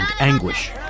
anguish